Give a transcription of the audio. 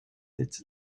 its